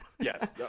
Yes